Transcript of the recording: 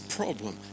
problem